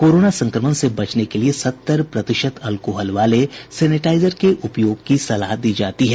corona संक्रमण से बचने के लिये सत्तर प्रतिशत अल्कोहल वाले सेनेटाईजर के उपयोग की सलाह दी जाती है